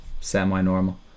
semi-normal